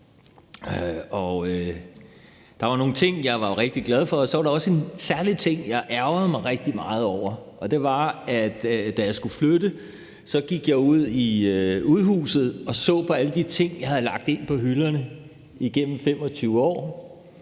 der var nogle ting, jeg var rigtig glad for, og så var der også en særlig ting, jeg ærgrede mig rigtig meget over, og det var, at da jeg skulle flytte, gik jeg ud i udhuset og så på alle de ting, jeg havde lagt ind på hylderne igennem 25 år.